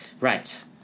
Right